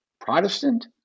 Protestant